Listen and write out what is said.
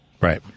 Right